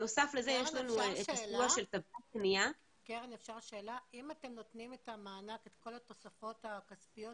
אם אתם נותנים את כל התוספות הכספיות